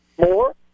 more